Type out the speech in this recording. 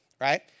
Right